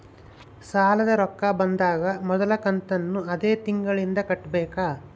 ಸಾಲದ ರೊಕ್ಕ ಬಂದಾಗ ಮೊದಲ ಕಂತನ್ನು ಅದೇ ತಿಂಗಳಿಂದ ಕಟ್ಟಬೇಕಾ?